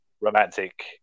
romantic